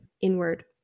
inward